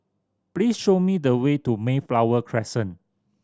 please show me the way to Mayflower Crescent